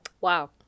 Wow